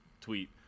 tweet